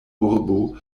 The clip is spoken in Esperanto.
urbo